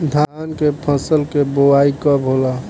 धान के फ़सल के बोआई कब होला?